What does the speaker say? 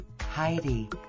Heidi